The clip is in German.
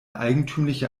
eigentümliche